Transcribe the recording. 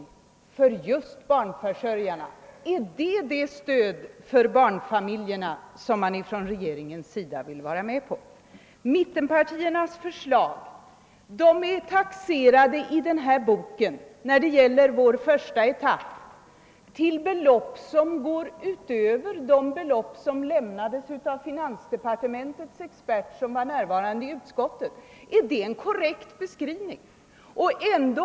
Mittenpartiernas förslag är i denna bok taxerade vad beträffar den första etappen till belopp som går utöver de belopp som angavs av finansdepartementets expert som var närvarande i utskottet. är det en korrekt beskrivning?